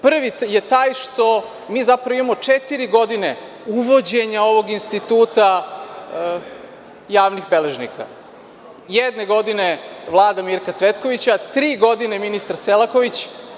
Prvi je taj, što mi zapravo, imamo četiri godine uvođenja ovog instituta javnih beležnika, jedne godine, vlada Mirka Cvetkovića, tri godine ministar Selaković.